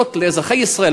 לעשות לאזרחי ישראל,